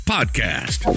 Podcast